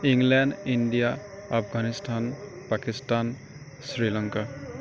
England India Afghanistan Pakistan Sri Lanka